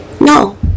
No